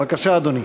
בבקשה, אדוני.